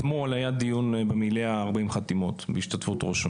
אתמול היה דיון במליאה של 40 חתימות בהשתתפות ראש הממשלה.